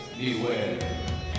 Beware